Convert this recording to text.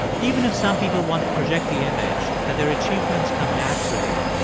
even if some people want to project the image that their achievements come naturally,